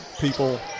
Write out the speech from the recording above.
people